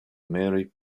mary